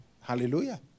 Hallelujah